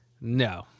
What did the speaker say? No